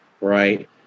right